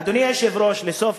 אדוני היושב-ראש, לסוף.